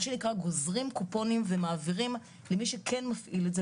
מה שנקרא 'גוזרים קופונים' ומעבירים למי שכן מפעיל את זה,